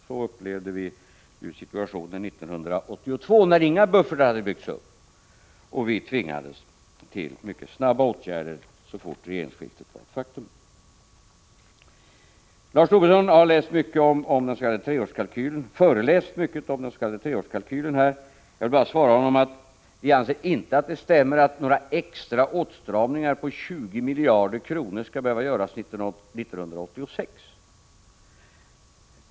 Så upplevde vi situationen 1982 när inga buffertar hade byggts upp, varför vi tvingades till mycket snabba åtgärder så snart regeringsskiftet var ett faktum. Lars Tobisson har här föreläst mycket om den s.k. 3-årskalkylen. Jag vill bara svara honom att vi inte anser att det stämmer att några extra åtstramningar på 20 miljarder kronor skall behöva göras 1986.